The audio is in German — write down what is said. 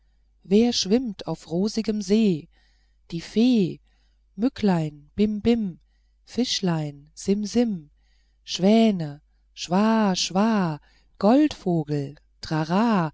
wer schwimmt auf rosigem see die fee mücklein bim bim fischlein sim sim schwäne schwa schwa goldvogel trarah